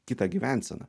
kitą gyvenseną